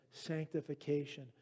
sanctification